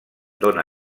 dóna